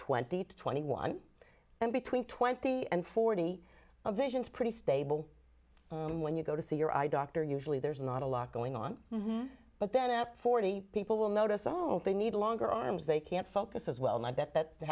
twenty twenty one and between twenty and forty of vision is pretty stable when you go to see your eye doctor usually there's not a lot going on but then at forty people will notice all they need longer arms they can't focus as well not that that